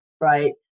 right